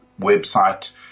website